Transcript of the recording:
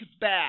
back